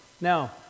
Now